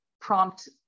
prompt